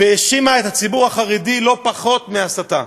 והאשימה את הציבור החרדי, לא פחות מהסתה,